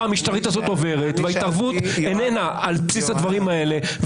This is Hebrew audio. המשטרית הזאת עוברת וההתערבות איננה על בסיס הדברים האלה?